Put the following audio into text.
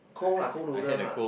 cold lah cold noodle lah